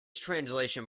translation